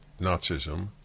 Nazism